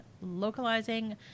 localizing